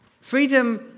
freedom